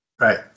Right